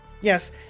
Yes